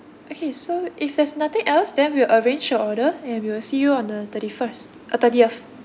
okay so if there's nothing else then we'll arrange your order and we'll see you on the thirty first uh thirtieth